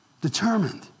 Determined